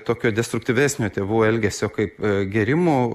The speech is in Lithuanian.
tokio destruktyvesnio tėvų elgesio kaip gėrimo